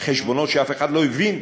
חשבונות שאף אחד לא הבין?